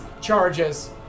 charges